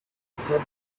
said